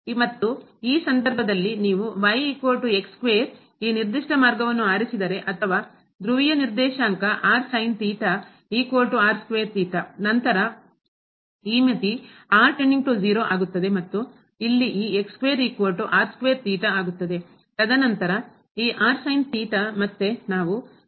ಮತ್ತು ಈ ಸಂದರ್ಭದಲ್ಲಿ ನೀವು ಈ ನಿರ್ದಿಷ್ಟ ಮಾರ್ಗವನ್ನು ಆರಿಸಿದರೆ ಅಥವಾ ಧ್ರುವೀಯ ನಿರ್ದೇಶಾಂಕ ನಂತರ ಈ ಮಿತಿ ಮತ್ತು ಇಲ್ಲಿ ಈ ತದನಂತರ ಈ ಮತ್ತೆ ನಾವು ಈ